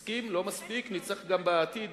מסכים, לא מספיק, נצטרך גם בעתיד